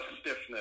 stiffness